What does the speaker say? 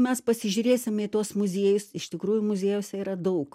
mes pasižiūrėsime į tuos muziejus iš tikrųjų muziejuose yra daug